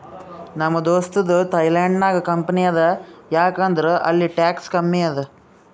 ನಮ್ ದೋಸ್ತದು ಥೈಲ್ಯಾಂಡ್ ನಾಗ್ ಕಂಪನಿ ಅದಾ ಯಾಕ್ ಅಂದುರ್ ಅಲ್ಲಿ ಟ್ಯಾಕ್ಸ್ ಕಮ್ಮಿ ಅದಾ